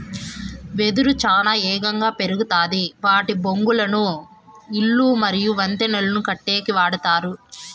వెదురు చానా ఏగంగా పెరుగుతాది వాటి బొంగులను ఇల్లు మరియు వంతెనలను కట్టేకి వాడతారు